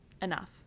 enough